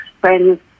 friends